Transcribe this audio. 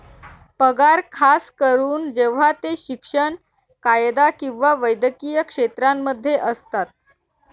पगार खास करून जेव्हा ते शिक्षण, कायदा किंवा वैद्यकीय क्षेत्रांमध्ये असतात